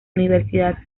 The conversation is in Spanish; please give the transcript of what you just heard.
universidad